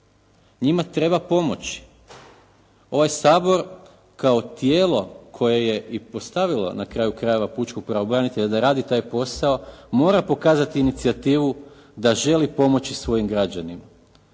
Njima treba pomoć. Ovaj Sabor kao tijelo koje je i postavilo na kraju krajeva pučkog pravobranitelja da radi taj posao mora pokazati inicijativu da želi pomoći svojim građanima.